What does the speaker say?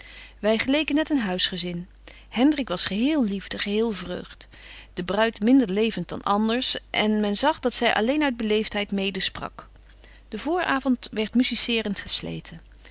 wy geleken net een huisgezin hendrik was geheel liefde geheel vreugd de bruid minder levent dan betje wolff en aagje deken historie van mejuffrouw sara burgerhart anders en men zag dat zy alleen uit beleeftheid mede sprak de voor avond werdt musicerent gesleten